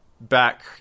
back